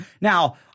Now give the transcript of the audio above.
Now